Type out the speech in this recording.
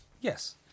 Yes